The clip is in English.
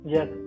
Yes